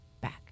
back